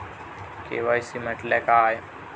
KYC म्हटल्या काय?